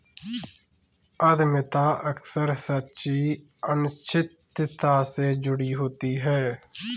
उद्यमिता अक्सर सच्ची अनिश्चितता से जुड़ी होती है